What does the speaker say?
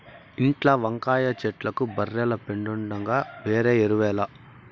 ఇంట్ల వంకాయ చెట్లకు బర్రెల పెండుండగా వేరే ఎరువేల